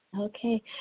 Okay